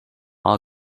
all